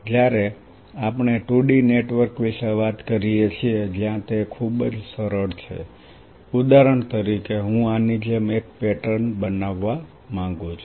જ્યારે આપણે 2D network વિશે વાત કરીએ છીએ જ્યાં તે ખૂબ જ સરળ છે ઉદાહરણ તરીકે હું આની જેમ એક પેટર્ન બનાવવા માંગુ છું